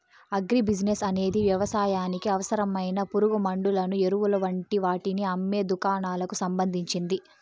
agri business అనేది వ్యవసాయానికి అవసరమైన పురుగుమండులను, ఎరువులు వంటి వాటిని అమ్మే దుకాణాలకు సంబంధించింది